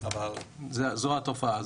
אבל זאת התופעה,